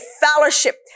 fellowship